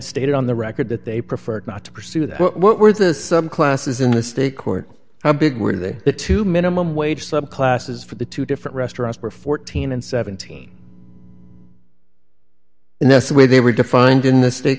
stated on the record that they preferred not to pursue that what were the some classes in the state court how big were the two minimum wage sub classes for the two different restaurants were fourteen and seventeen and that's the way they were defined in the state